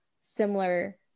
similar